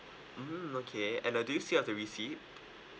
mm okay and uh do you still have the receipt